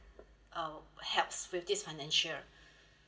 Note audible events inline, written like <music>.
uh help with this financial <breath>